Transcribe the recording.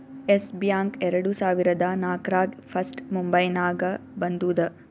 S bank ಎರಡು ಸಾವಿರದಾ ನಾಕ್ರಾಗ್ ಫಸ್ಟ್ ಮುಂಬೈನಾಗ ಬಂದೂದ